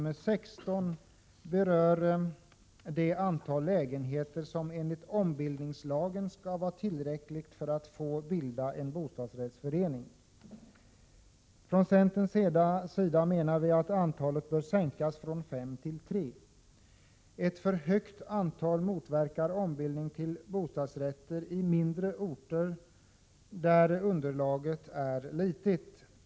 Reservation 16 berör det antal lägenheter som enligt ombildningslagen skall vara tillräckligt för att få bilda en bostadsrättsförening. Från centerns sida menar vi att antalet bör sänkas från fem till tre. Ett för högt antal motverkar ombildning till bostadsrätter i mindre orter, där underlaget är litet.